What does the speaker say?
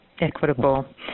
Equitable